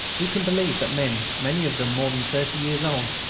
who can believe that men, many of them more than thirty years old,